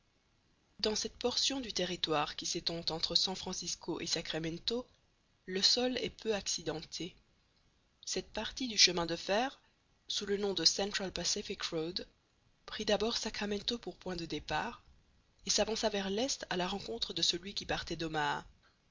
dans cette portion du territoire qui s'étend entre san francisco et sacramento le sol est peu accidenté cette partie du chemin de fer sous le nom de central pacific road prit d'abord sacramento pour point de départ et s'avança vers l'est à la rencontre de celui qui partait d'omaha